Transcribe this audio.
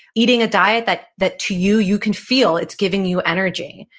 eating a diet that that to you, you can feel it's giving you energy,